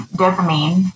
dopamine